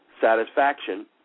satisfaction